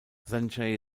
sanjay